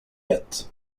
yet